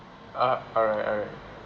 alright alright